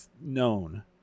known